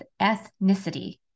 ethnicity